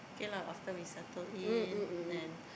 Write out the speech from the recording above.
K lah after we settle in and